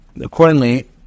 accordingly